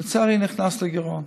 ולצערי, הוא נכנס לגירעון